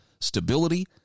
stability